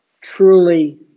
truly